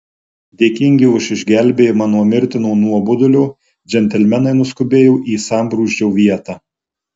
dėkingi už išgelbėjimą nuo mirtino nuobodulio džentelmenai nuskubėjo į sambrūzdžio vietą